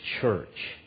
church